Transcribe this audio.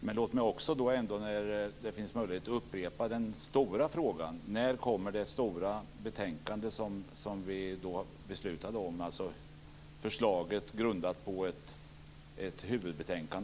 Men låt mig också nu när det finns möjlighet upprepa den stora frågan: När kommer det stora betänkande som vi beslutade om, dvs. förslaget grundat på ett huvudbetänkande?